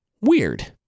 Weird